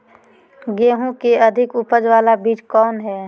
गेंहू की अधिक उपज बाला बीज कौन हैं?